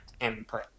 input